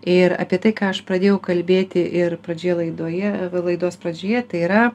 ir apie tai ką aš pradėjau kalbėti ir pradžioje laidoje laidos pradžioje tai yra